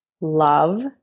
love